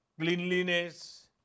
cleanliness